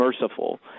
merciful